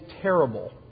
terrible